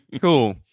Cool